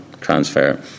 transfer